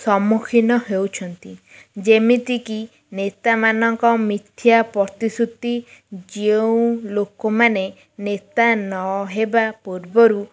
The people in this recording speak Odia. ସମ୍ମୁଖୀନ ହେଉଛନ୍ତି ଯେମିତିକି ନେତାମାନଙ୍କ ମିଥ୍ୟା ପ୍ରତିଶ୍ରୁତି ଯେଉଁ ଲୋକମାନେ ନେତା ନ ହେବା ପୂର୍ବରୁ